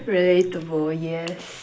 relatable yes